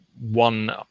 one